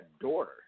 daughter